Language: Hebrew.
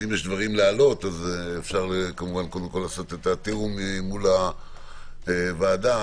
אפשר לעשות את התיאום מול הוועדה,